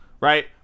right